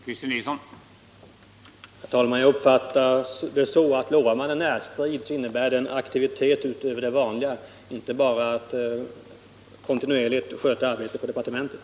Herr talman! Min uppfattning är att lovar man närstrid så innebär det aktivitet utöver det vanliga och inte bara att kontinuerligt sköta arbetet på departementet.